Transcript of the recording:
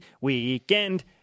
Weekend